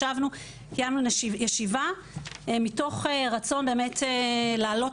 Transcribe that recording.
קיימנו ישיבה מתוך רצון באמת להעלות